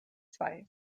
zwei